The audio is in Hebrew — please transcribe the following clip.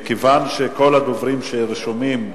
מכיוון שכל הדוברים שרשומים דיברו,